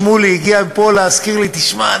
שמולי הגיע לפה להזכיר לי: תשמע,